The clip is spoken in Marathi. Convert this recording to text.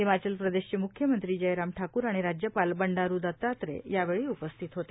हिमाचल प्रदेशचे मुख्यमंत्री जवराम वकूर आणि राज्यपाल बंडारू दत्तात्रय यावेळी उपस्थित होते